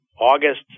August